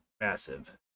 massive